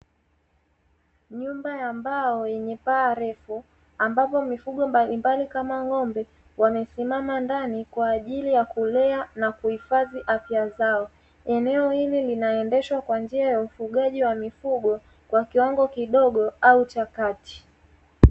Nyumba ya mbao yenye paa refu, ambapo mifugo mbalimbali kama ng’ombe wamesimama ndani kwa ajili ya kulea na kuhifadhi afya zao. Eneo hili linaendeshwa kwa njia ya ufugaji wa mifugo, kwa kiwango kidogo au cha kati.